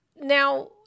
Now